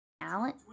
Alan